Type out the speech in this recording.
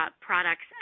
products